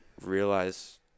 realize